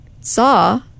saw